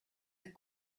and